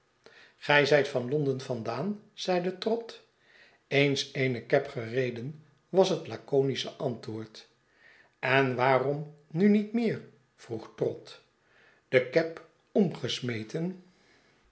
gij zijt van londen vandaan zeide trott eens eene cab gereden was het laconische antwoord en waarom nu niet meer vroeg trott de cab omgesmeten